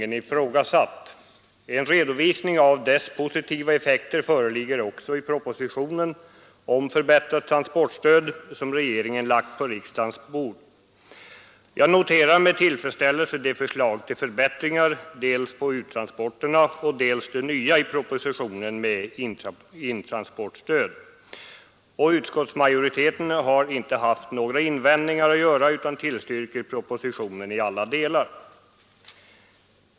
En redovisning av dess positiva effekter föreligger också i propositionen om förbättrat transportstöd, som regeringen lagt på riksdagens bord. Jag noterar med tillfredsställelse dels förslaget till förbättringar beträffande uttransporterna, dels det nya förslaget i propositionen som avser intransportstöd. Utskottsmajoriteten har inte haft några invändningar att göra utan tillstyrker också propositionen i alla delar.